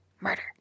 murder